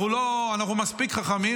אנחנו מספיק חכמים,